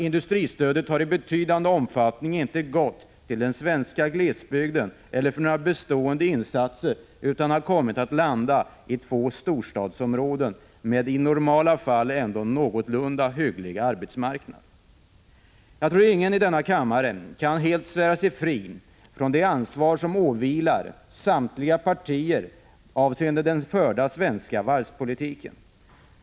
Industristödet har alltså i betydande omfattning inte gått till den svenska glesbygden eller till några bestående insatser utan till två storstadsområden med en i normala fall ändå någorlunda hygglig arbetsmarknad. Jag tror inte att någon i denna kammare kan helt svära sig fri från det ansvar som åvilar samtliga partier för den förda svenska varvspolitiken.